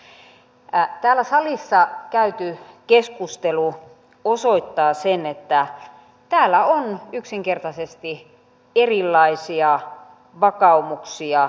täällä salissa käyty keskustelu osoittaa sen että täällä on yksinkertaisesti erilaisia vakaumuksia